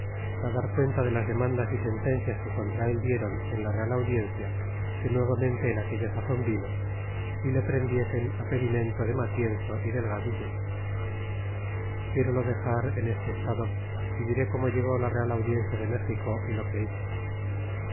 méxico dar cuentas de las demandas y sentencias que contra él diéron en la real audiencia que nuevamente en aquella sazon vino y le prendiesen pedimento de matienzo y delgadillo quierolo dexar en este estado y diré como llegó la real audiencia de méxico y lo que hizo